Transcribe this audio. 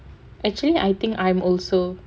actually I think I'm also